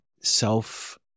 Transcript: self